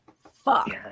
Fuck